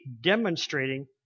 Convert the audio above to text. demonstrating